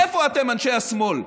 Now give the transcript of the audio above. איפה אתם, אנשי השמאל?